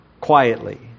quietly